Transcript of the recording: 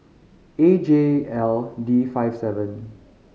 A J L D five seven